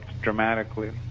dramatically